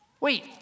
wait